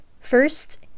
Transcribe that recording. First